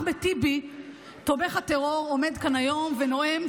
אחמד טיבי תומך הטרור עומד כאן היום ונואם,